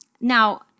Now